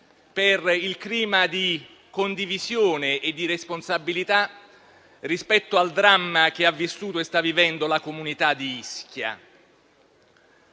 leale confronto, condivisione e responsabilità rispetto al dramma che ha vissuto e sta vivendo la comunità di Ischia;